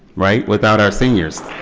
right, without our seniors?